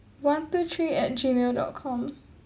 one two three at gmail dot com